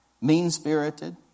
Mean-spirited